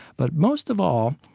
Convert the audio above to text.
but most of all,